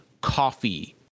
coffee